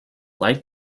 like